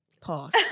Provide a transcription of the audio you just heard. Pause